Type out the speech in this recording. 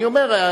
אני אומר,